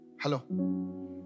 Hello